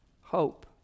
hope